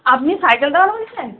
আপনি সাইকেল দাদা বলছেন